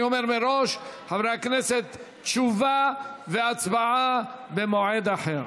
אני אומר מראש, תשובה והצבעה במועד אחר.